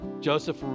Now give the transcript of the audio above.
Joseph